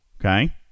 Okay